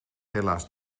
helaas